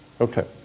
Okay